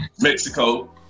Mexico